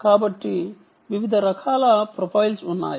కాబట్టి వివిధ రకాల ప్రొఫైల్స్ ఉన్నాయి